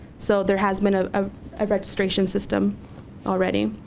so there has been a ah ah registration system already,